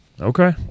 Okay